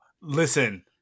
Listen